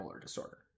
disorder